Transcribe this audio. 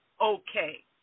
okay